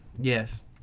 Yes